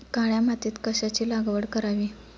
काळ्या मातीत कशाची लागवड करावी?